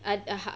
(uh huh)